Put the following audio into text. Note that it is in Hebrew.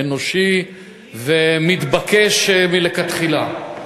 אנושי ומתבקש מלכתחילה.